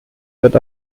wird